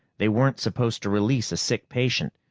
they weren't supposed to release a sick patient,